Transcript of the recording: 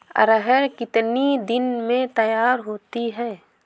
अरहर कितनी दिन में तैयार होती है?